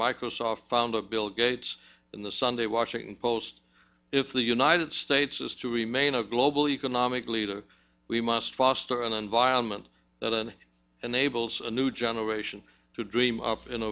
microsoft founder bill gates in the sunday washington post if the united states is to remain a global economic leader we must foster an environment that and unable so a new generation to dream of in